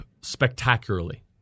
spectacularly